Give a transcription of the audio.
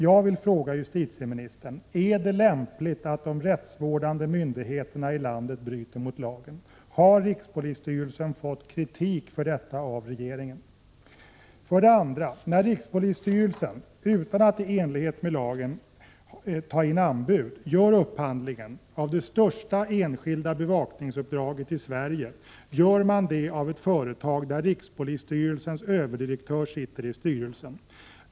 Jag vill fråga justitieministern: Är det lämpligt att de rättsvårdande myndigheterna i landet bryter mot lagen? Har rikspolisstyrelsen fått kritik för detta av regeringen? När rikspolisstyrelsen, utan att i enlighet med lagen ta in anbud, gör Prot. 1986/87:105 upphandlingen av det största enskilda bevakningsuppdraget i Sverige, gör 9 april 1987 man det av ett företag där rikspolisstyrelsens överdirektör sitter i styrelsen.